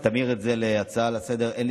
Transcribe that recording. תמיר את זה להצעה לסדר-היום.